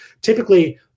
typically